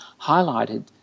highlighted